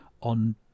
on